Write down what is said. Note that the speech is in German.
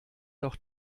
doch